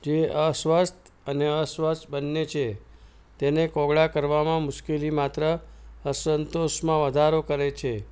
જે અસ્વચ્છ અને અસ્વસ્થ બંને છે તેને કોગળા કરવામાં મુશ્કેલી માત્ર અસંતોષમાં વધારો કરે છે